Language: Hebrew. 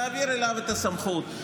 להעביר אליו את הסמכות,